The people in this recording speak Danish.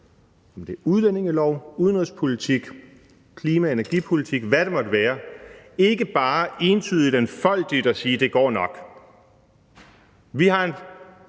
det er udlændingelov, udenrigspolitik, klima- og energipolitik, eller hvad det måtte være – ikke bare entydigt, enfoldigt at sige, at det nok